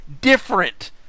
Different